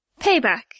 Payback